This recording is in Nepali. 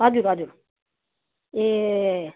हजुर हजुर ए